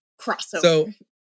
Crossover